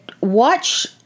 watch